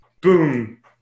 boom